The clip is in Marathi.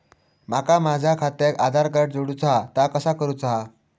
माका माझा खात्याक आधार कार्ड जोडूचा हा ता कसा करुचा हा?